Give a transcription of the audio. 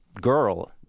girl